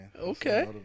Okay